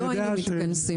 לא היינו מתכנסים.